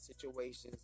situations